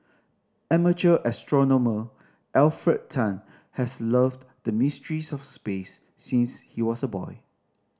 amateur astronomer Alfred Tan has loved the mysteries of space since he was a boy